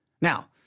Now